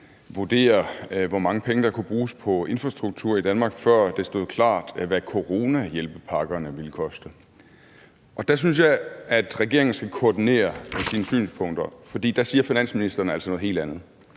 vurdere, hvor mange penge der kunne bruges på infrastruktur i Danmark, før det stod klart, hvad coronahjælpepakkerne ville koste. Der synes jeg, at regeringen skulle koordinere sine synspunkter. For finansministeren siger altså noget helt andet.